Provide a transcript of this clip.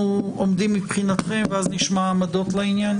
עומדים מבחינתכם ואז נשמע עמדות לעניין?